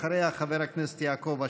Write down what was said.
אחריה, חבר הכנסת יעקב אשר.